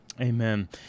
Amen